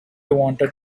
wanted